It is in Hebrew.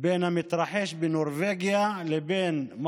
כמו שעשו נתניהו ושותפיו מכחול לבן,